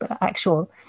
actual